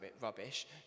rubbish